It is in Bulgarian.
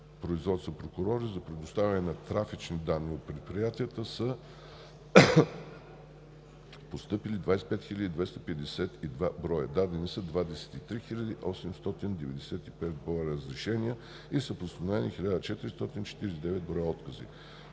производства прокурори за предоставяне на трафични данни от предприятията са 25 252 броя. Дадени са 23 895 броя разрешения и са постановени 1449 броя отказа.